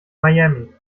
miami